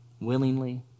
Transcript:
Willingly